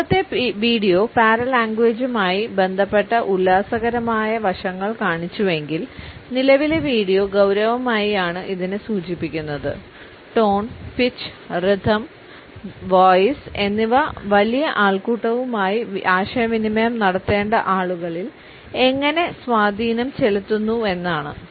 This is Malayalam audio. മുമ്പത്തെ വീഡിയോ പാരലംഗേജുമായി ബന്ധപ്പെട്ട ഉല്ലാസകരമായ വശങ്ങൾ കാണിച്ചുവെങ്കിൽ നിലവിലെ വീഡിയോ ഗൌരവമായി ആണു ഇതിനെ സൂചിപ്പിക്കുന്നത് tone pitch rhythm pitch voice എന്നിവ വലിയ ആൾക്കൂട്ടവും ആയി ആശയവിനിമയം നടത്തേണ്ട ആളുകളിൽ എങ്ങനെ സ്വാധീനം ചെലുത്തുന്നുവെന്നാണ്